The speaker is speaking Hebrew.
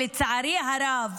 לצערי הרב,